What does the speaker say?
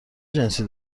جنسی